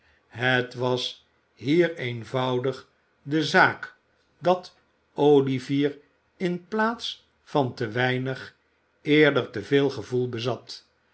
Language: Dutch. het was hier eenvoudig de zaak dat olivier in plaats van te weinig eerder te veel gevoel bezat